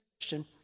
question